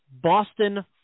Boston